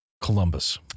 Columbus